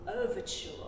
overture